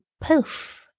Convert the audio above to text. poof